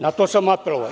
Na to sam apelovao.